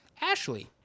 Ashley